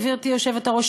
גברתי היושבת-ראש.